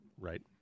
Right